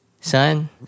son